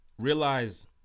Realize